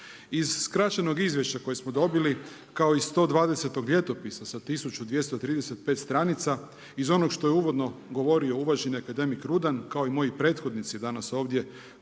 Iz skraćenog izvješća koje smo dobili kao i 120. Ljetopisa sa 1235 stranica iz onog što je uvodno govorio uvaženi akademik Rudan kao i moji prethodnici danas ovdje